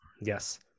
yes